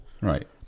right